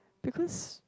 because